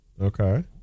Okay